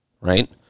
right